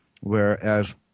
whereas